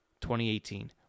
2018